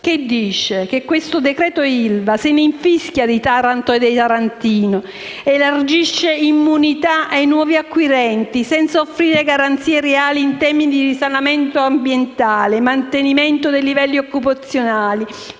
il quale questo decreto ILVA se ne infischia di Taranto e dei tarantini: elargisce immunità ai nuovi acquirenti, senza offrire garanzie reali in tema di risanamento ambientale, mantenimento dei livelli occupazionali,